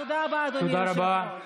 תודה רבה, אדוני היושב-ראש.